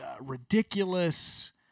ridiculous